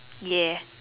ya